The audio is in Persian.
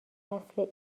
نسل